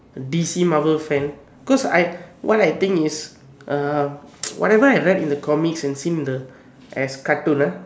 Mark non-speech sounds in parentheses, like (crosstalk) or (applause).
D_C Marvel fan cause I why I think is um (noise) whatever I read in the comics and seen in the as cartoon ah